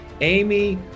Amy